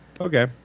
Okay